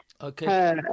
Okay